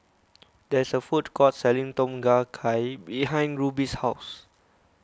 there is a food court selling Tom Kha Gai behind Ruby's house